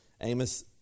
Amos